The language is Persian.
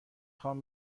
خوام